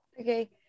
Okay